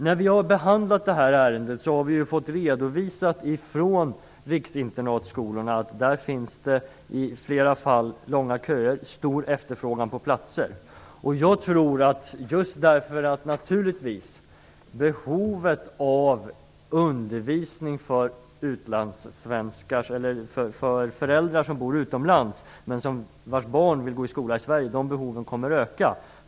När vi har behandlat det här ärendet har vi fått redovisat från riksinternatskolorna att det där i flera fall finns långa köer och stor efterfrågan på platser. Behovet av undervisning för barnen till svenskar som bor utomlands och vars barn vill gå i skola i Sverige kommer att öka.